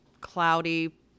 cloudy